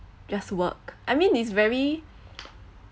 just work I mean it's very